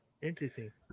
Interesting